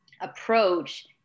approach